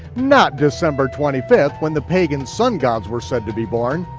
not december twenty fifth, when the pagan sun-gods were said to be born.